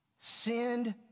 Send